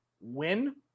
win